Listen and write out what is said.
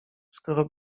skoro